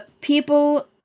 people